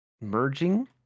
merging